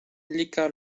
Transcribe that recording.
lika